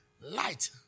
Light